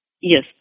Yes